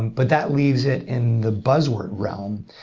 but that leaves it in the buzz world realm.